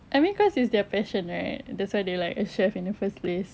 I mean cause it's their passion right that's why they're like a chef in the first place